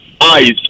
eyes